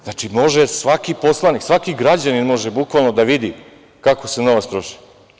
Znači, može svaki poslanik, svaki građanin može, bukvalno, da vidi kako se novac troši.